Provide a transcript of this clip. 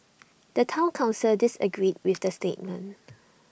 the Town Council disagreed with the statement